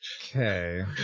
Okay